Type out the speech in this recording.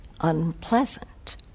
unpleasant